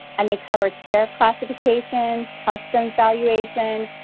and they cover tariff classification, customs valuation,